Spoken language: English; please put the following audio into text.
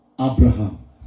Abraham